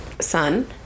son